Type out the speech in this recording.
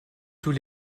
tous